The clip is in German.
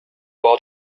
war